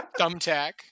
thumbtack